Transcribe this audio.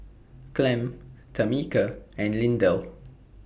Clem Tamica and Lindell